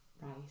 rice